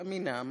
אמינה,